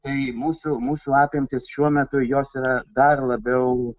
tai mūsų mūsų apimtys šiuo metu jos yra dar labiau